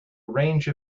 range